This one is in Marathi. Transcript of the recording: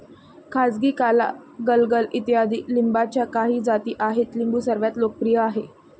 कागजी, काला, गलगल इत्यादी लिंबाच्या काही जाती आहेत लिंबू सर्वात लोकप्रिय आहे